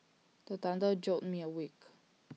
the thunder jolt me awake